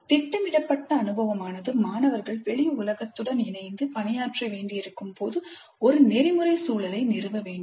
திட்டமிடப்பட்ட அனுபவமானது மாணவர்கள் வெளி உலகத்துடன் இணைந்து பணியாற்ற வேண்டியிருக்கும் போது ஒரு நெறிமுறை சூழலை நிறுவ வேண்டும்